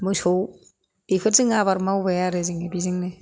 मोसौ बेफोर जों आबाद मावबाय आरो जों बेजोंनो